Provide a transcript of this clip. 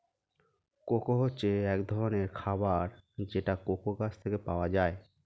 cocoa হচ্ছে এক ধরনের খাবার যেটা কোকো গাছ থেকে পাওয়া যায়